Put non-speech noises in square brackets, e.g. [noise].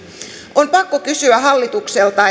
on pakko kysyä hallitukselta [unintelligible]